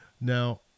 Now